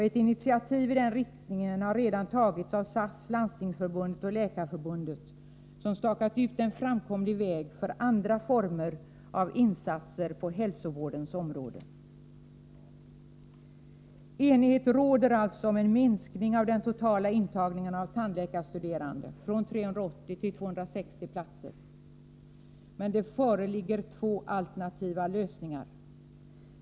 Ett initiativ i den riktningen har redan tagits av SAS, Landstingsförbundet och Läkarförbundet, som stakat ut en framkomlig väg för andra former av insatser på hälsovårdens område. Enighet råder alltså om en minskning av den totala intagningen av tandläkarstuderande från 380 till 260, men det föreligger två alternativa lösningar.